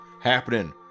happening